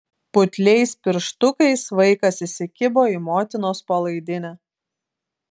putliais pirštukais vaikas įsikibo į motinos palaidinę